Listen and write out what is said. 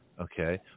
Okay